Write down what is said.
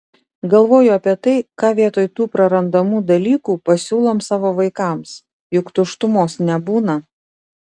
galvoju apie tai ką vietoj tų prarandamų dalykų pasiūlom savo vaikams juk tuštumos nebūna